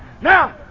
Now